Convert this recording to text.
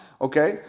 okay